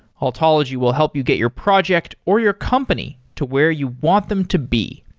altology will help you get your project or your company to where you want them to be.